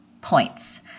points